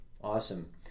Awesome